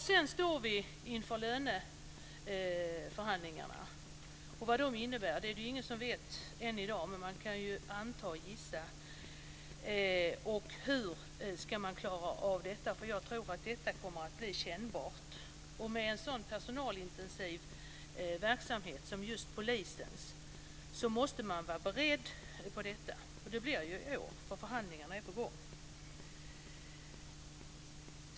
Sedan står vi inför löneförhandlingarna. Vad de innebär är det ingen som vet i dag. Men man kan anta och gissa. Hur ska man klara av detta? Jag tror att det kommer att bli kännbart. Med en sådan personalintensiv verksamhet som just polisens måste man vara beredd på detta. Det blir ju i år för förhandlingarna är på gång.